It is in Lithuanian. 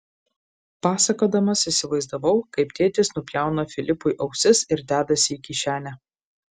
pasakodamas įsivaizdavau kaip tėtis nupjauna filipui ausis ir dedasi į kišenę